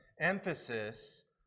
emphasis